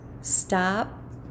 stop